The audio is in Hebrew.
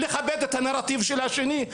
לכבד את הנרטיב של השני,